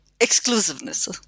exclusiveness